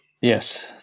Yes